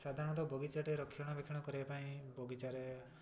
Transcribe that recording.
ସାଧାରଣତଃ ବଗିଚାଟି ରକ୍ଷଣବେକ୍ଷଣ କରିବା ପାଇଁ ବଗିଚାରେ